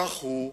כך הוא,